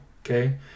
Okay